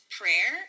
prayer